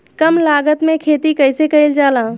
कम लागत में खेती कइसे कइल जाला?